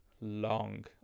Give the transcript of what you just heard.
long